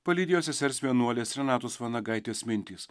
palydėjo sesers vienuolės renatos vanagaitės mintys